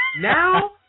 now